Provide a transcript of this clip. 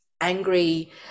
angry